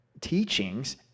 teachings